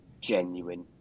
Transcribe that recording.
genuine